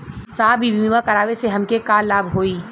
साहब इ बीमा करावे से हमके का लाभ होई?